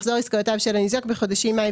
מחזור עסקאותיו של הניזוק בחודשים מאי